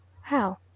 How